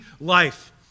life